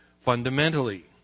fundamentally